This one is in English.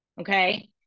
okay